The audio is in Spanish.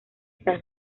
está